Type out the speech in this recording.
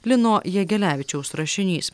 lino jegelevičiaus rašinys